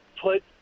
put